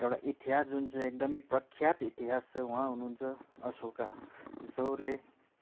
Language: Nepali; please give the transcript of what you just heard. एउटा इतिहास जुन चाहिँ एकदमै प्रख्यात इतिहास छ उहाँ हुनुहुन्छ अशोका जोले